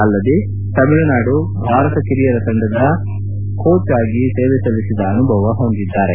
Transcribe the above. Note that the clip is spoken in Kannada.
ಅಲ್ಲದೇ ತಮಿಳುನಾಡು ಭಾರತ ಕಿರಿಯರ ತಂಡ ಕೋಜ್ ಆಗಿ ಸೇವೆ ಸಲ್ಲಿಸಿದ ಅನುಭವ ಹೊಂದಿದ್ದಾರೆ